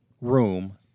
room